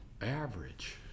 average